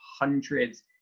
hundreds